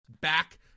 back